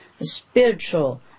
spiritual